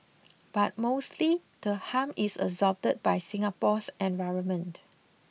but mostly the harm is absorbed by Singapore's environment